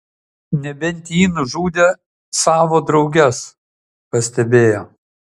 nebent ji nužudė savo drauges pastebėjo